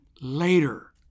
later